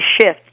shift